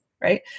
right